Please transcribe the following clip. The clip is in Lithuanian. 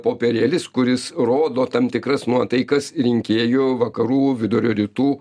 popierėlis kuris rodo tam tikras nuotaikas rinkėjų vakarų vidurio rytų